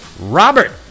Robert